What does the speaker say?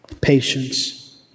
patience